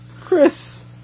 Chris